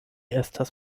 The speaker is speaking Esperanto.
estas